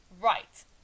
Right